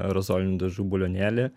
aerozolinių dažų balionėlį